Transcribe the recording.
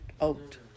out